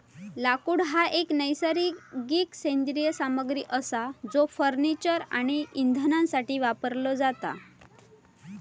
लाकूड हा एक नैसर्गिक सेंद्रिय सामग्री असा जो फर्निचर आणि इंधनासाठी वापरला जाता